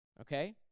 Okay